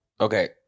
Okay